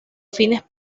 fines